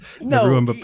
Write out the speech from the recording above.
no